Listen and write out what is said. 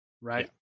right